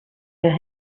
her